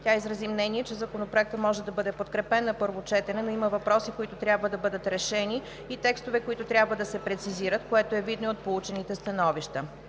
Тя изрази мнение, че Законопроектът може да бъде подкрепен на първо четене, но има въпроси, които трябва да бъдат решени и текстове, които трябва се прецизират, което е видно и от получените становища.